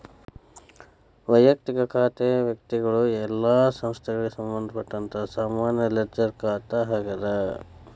ವಯಕ್ತಿಕ ಖಾತೆ ವ್ಯಕ್ತಿಗಳು ಇಲ್ಲಾ ಸಂಸ್ಥೆಗಳಿಗೆ ಸಂಬಂಧಪಟ್ಟ ಸಾಮಾನ್ಯ ಲೆಡ್ಜರ್ ಖಾತೆ ಆಗ್ಯಾದ